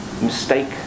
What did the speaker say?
mistake